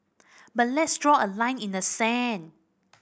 but let's draw a line in the sand